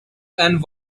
and